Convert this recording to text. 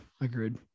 agreed